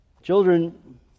Children